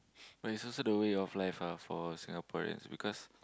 but it's also the way you're fly far for Singaporeans because